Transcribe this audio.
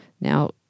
Now